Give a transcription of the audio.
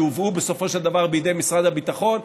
שהובאו בסופו של דבר למשרד הביטחון,